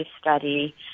study